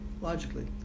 Logically